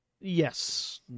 yes